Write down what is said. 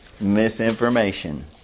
misinformation